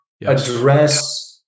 address